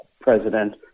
president